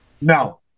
No